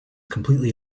completely